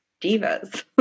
divas